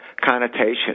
connotation